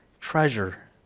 treasure